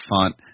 Font